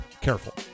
careful